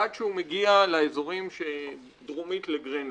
עד שהוא מגיע לאזורים שדרומית לגרינלנד.